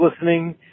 listening